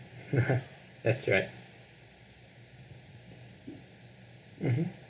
that's right mmhmm